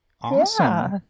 Awesome